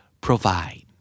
provide